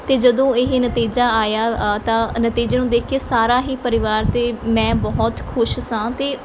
ਅਤੇ ਜਦੋਂ ਇਹ ਨਤੀਜਾ ਆਇਆ ਤਾਂ ਨਤੀਜੇ ਨੂੰ ਦੇਖ ਕੇ ਸਾਰਾ ਹੀ ਪਰਿਵਾਰ ਅਤੇ ਮੈਂ ਬਹੁਤ ਖੁਸ਼ ਸੀ ਅਤੇ